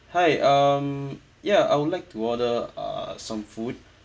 hi um ya I would like to order uh some food